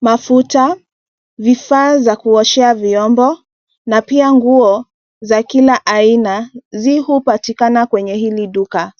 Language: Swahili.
mafuta, vifaa za kuoshea vyombo na pia nguo za kila aina zi hupatikana kwenye hili duka.